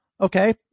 Okay